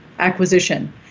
acquisition